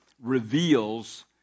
reveals